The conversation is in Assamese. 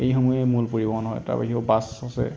এইসমূহেই মূল পৰিবহন হয় তাৰ বাহিৰেও বাছ আছে